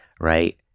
right